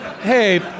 Hey